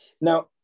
Now